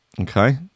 Okay